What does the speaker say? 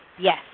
Yes